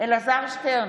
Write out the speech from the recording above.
אלעזר שטרן,